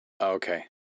Okay